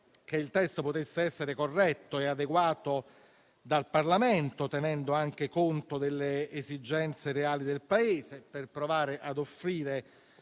che il testo potesse essere corretto e adeguato dal Parlamento, tenendo conto anche delle esigenze reali del Paese, per provare ad offrire